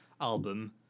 album